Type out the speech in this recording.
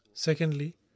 Secondly